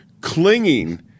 clinging